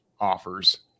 offers